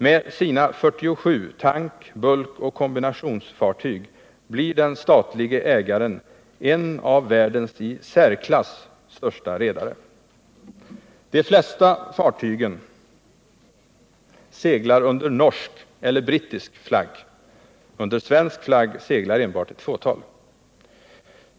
Med sina 47 tank-, bulkoch kombinationsfartyg blir den statlige ägaren en av världens i särklass största redare. De flesta fartygen seglar under norsk eller brittisk flagg. Under svensk flagg seglar enbart ett fåtal.